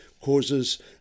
causes